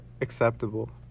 acceptable